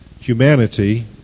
Humanity